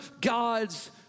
God's